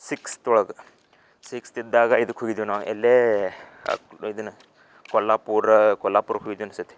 sixth ಒಳಗೆ ಸಿಕ್ಸ್ತಿದ್ದಾಗ ಇದಕ್ಕೆ ಹೋಗಿದ್ವಿ ನಾವು ಎಲ್ಲೇ ಇದನ್ನ ಕೊಲ್ಲಾಪುರ ಕೊಲ್ಲಾಪುರಕ್ಕ ಹೋಗಿದ್ವಿ ಒನ್ಸರ್ತಿ